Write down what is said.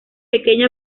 pequeño